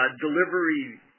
delivery